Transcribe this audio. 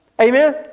Amen